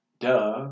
duh